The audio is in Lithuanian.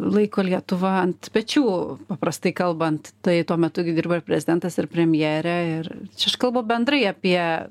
laiko lietuvą ant pečių paprastai kalbant tai tuo metu gi dirbo ir prezidentas ir premjerė ir aš kalbu bendrai apie